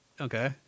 Okay